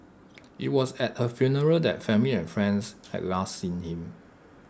IT was at her funeral that family and friends had last seen him